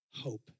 hope